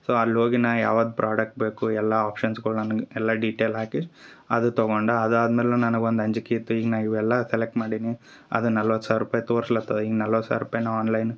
so ಅಲ್ಲಿ ಹೋಗಿ ನಾ ಯಾವ ಪ್ರಾಡಕ್ಟ್ ಬೇಕು ಎಲ್ಲ ಆಪ್ಷನ್ಸ್ಗಳು ನನ್ಗ ಎಲ್ಲ ಡಿಟೇಲ್ ಹಾಕಿ ಅದು ತಗೊಂಡ ಅದಾದ್ಮೇಲೆ ನನಗೆ ಒಂದು ಅಂಜಿಕೆ ಇತ್ತು ಈಗ ನಾ ಇವೆಲ್ಲ ಸೆಲೆಕ್ಟ್ ಮಾಡೀನಿ ಅದ ನಲವತ್ತು ಸಾವಿರ ರೂಪಾಯಿ ತೋರ್ಸ್ಲತದ ಹಿಂಗೆ ನಲವತ್ತು ಸಾವಿರ ರೂಪಾಯಿ ನಾ ಆನ್ಲೈನ್